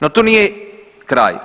No tu nije kraj.